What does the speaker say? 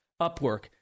Upwork